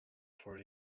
for